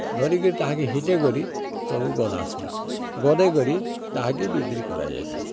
ଧରିକିରି ତାହାକେ ହିଟେଇକରି ସବୁ ଗଦାସୁଁ ଗଦେଇ କରି ତାହାକେ ବିକ୍ରି କରାଯାଏସି